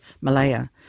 Malaya